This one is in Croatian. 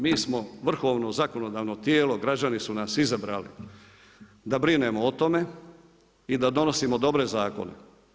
Mi smo vrhovno zakonodavno tijelo, građani su nas izabrali da brinemo o tome i da donosimo dobre zakone.